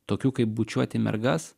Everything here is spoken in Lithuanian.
tokių kaip bučiuoti mergas